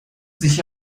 sich